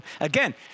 again